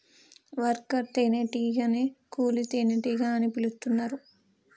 worker తేనే టీగనే కూలీ తేనెటీగ అని పిలుతున్నరు